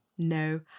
No